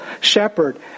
shepherd